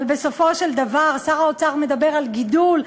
אבל בסופו של דבר שר האוצר מדבר על גידול.